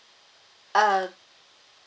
uh